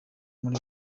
muri